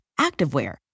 activewear